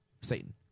Satan